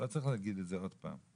לא צריך להגיד את זה עוד פעם.